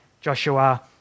Joshua